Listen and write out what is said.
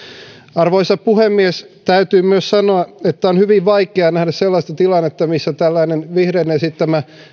arvoisa puhemies täytyy myös sanoa että on hyvin vaikea nähdä sellaista tilannetta missä tällainen vihreiden esittämä